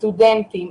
סטודנטים,